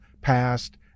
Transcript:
passed